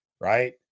right